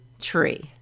tree